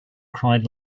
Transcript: cried